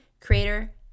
creator